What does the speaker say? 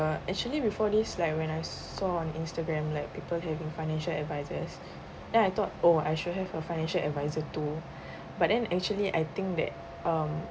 uh actually before this like when I saw on instagram like people having financial advisers then I thought oh I should have a financial adviser too but then actually I think that um